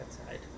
outside